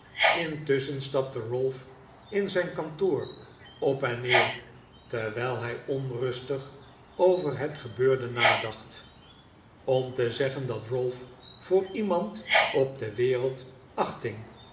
intusschen stapte ralph in zijn kantoor op en neer terwijl hij onrustig over het genikolaas nickleby beurde nadacht om te zeggen dat ralph voor iemand op de wereld achting